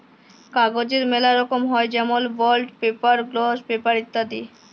কাগজের ম্যালা রকম হ্যয় যেমল বন্ড পেপার, গ্লস পেপার ইত্যাদি